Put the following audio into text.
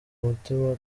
mutima